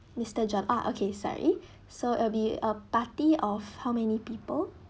mister chan ah okay sorry so it'll be a party of how many people